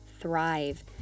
thrive